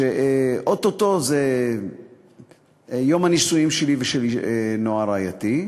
ואו-טו-טו זה יום הנישואים שלי ושל נועה רעייתי.